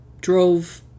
drove